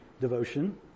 devotion